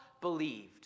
believed